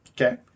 Okay